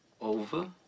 Over